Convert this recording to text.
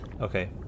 Okay